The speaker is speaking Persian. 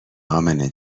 امنه